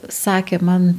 sakė man